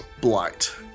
blight